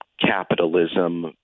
capitalism